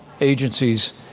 agencies